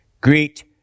Greet